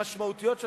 המשמעותיות,